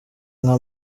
nka